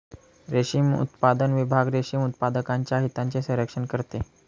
रेशीम उत्पादन विभाग रेशीम उत्पादकांच्या हितांचे संरक्षण करते